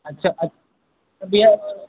अच्छा तब भैया और